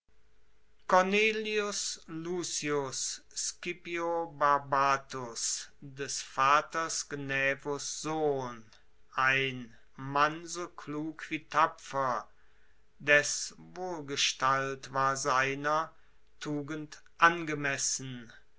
cornelius lucius scipio barbatus des vaters gnaevos sohn ein mann so klug wie tapfer des wohlgestalt war seiner tugend angemessen